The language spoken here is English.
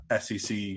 SEC